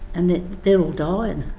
and they're all dying.